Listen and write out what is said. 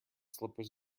slippers